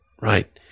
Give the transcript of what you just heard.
Right